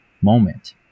moment